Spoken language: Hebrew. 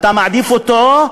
אתה מעדיף אותו,